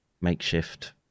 makeshift